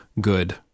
good